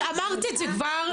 שאמרת את זה כבר.